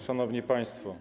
Szanowni Państwo!